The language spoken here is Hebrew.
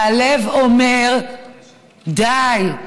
והלב אומר: די,